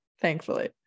thankfully